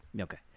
Okay